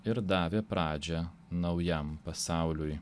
ir davė pradžią naujam pasauliui